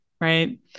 Right